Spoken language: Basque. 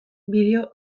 bideo